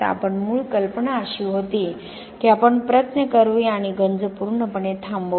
पण मूळ कल्पना अशी होती की आपण प्रयत्न करूया आणि गंज पूर्णपणे थांबवूया